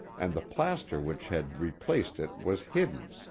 and the plaster which had replaced it was hidden,